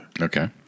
Okay